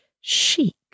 Chic